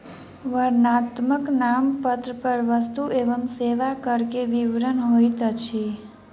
वर्णनात्मक नामपत्र पर वस्तु एवं सेवा कर के विवरण होइत अछि